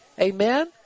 Amen